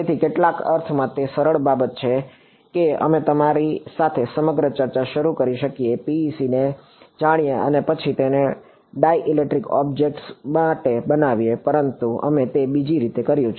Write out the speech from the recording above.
તેથી કેટલાક અર્થમાં તે સરળ બાબત છે કે અમે તમારી સાથે સમગ્ર ચર્ચા શરૂ કરી શકીએ PEC ને જાણીએ અને પછી તેને ડાઇલેક્ટ્રિક ઓબ્જેક્ટ્સ માટે બનાવીએ પરંતુ અમે તે બીજી રીતે કર્યું છે